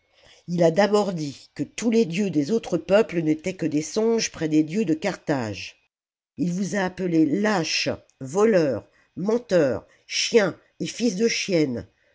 il a d'abord dit que tous les dieux des autres peuples n'étaient que des songes près des dieux de carthage ii vous a appelés lâches voleurs menteurs chiens et fils de chiennes